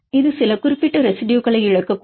இது சில குறிப்பிட்ட ரெசிடுயுகளை இழக்கக்கூடும்